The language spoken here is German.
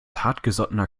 hartgesottener